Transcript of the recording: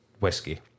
whiskey